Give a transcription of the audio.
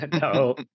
No